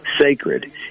Sacred